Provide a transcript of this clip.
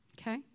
okay